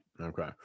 Okay